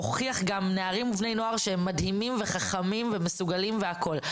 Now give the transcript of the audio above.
זה מוכיח גם נערים ובני נוער שהם מדהימים וחכמים ומסוגלים והכול.